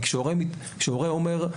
כי כשהורה אומר,